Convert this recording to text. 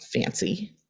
fancy